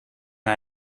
hij